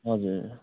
हजुर